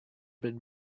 been